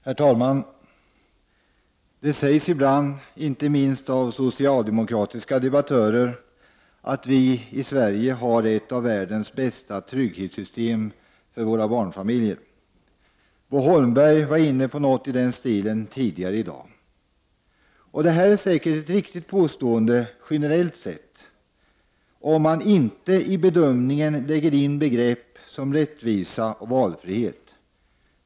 Herr talman! Det sägs ibland, inte minst av socialdemokratiska debattörer, att vi i Sverige har ett av världens bästa trygghetssystem för våra barnfamiljer. Bo Holmberg sade något i den stilen tidigare i dag. Det är säkert ett riktigt påstående generellt sett om man inte i bedömningen lägger in begrepp som rättvisa och valfrihet.